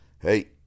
Hey